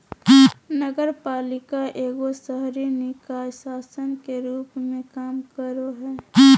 नगरपालिका एगो शहरी निकाय शासन के रूप मे काम करो हय